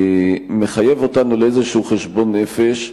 מחייב אותנו לאיזה חשבון נפש.